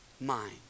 mind